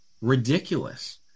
ridiculous